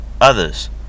others